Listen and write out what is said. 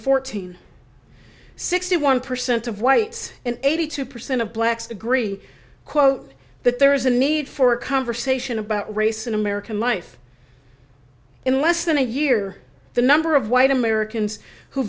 fourteen sixty one percent of whites and eighty two percent of blacks agree quote that there is a need for a conversation about race in american life in less than a year the number of white americans who